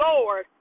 Lord